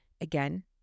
again